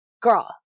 girl